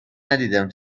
ندیدم